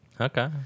Okay